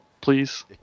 please